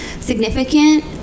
significant